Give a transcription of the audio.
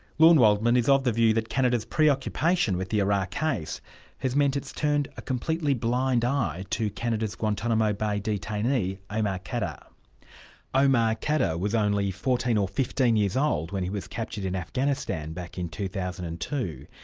lorne waldman is of the view that canada's preoccupation with the arar case has meant it's turned a completely blind eye to canada's guantanamo bay detainee, omar ah khadr. ah omar khadr was only fourteen or fifteen years old when he was captured in afghanistan back in two thousand and two.